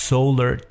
Solar